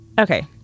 Okay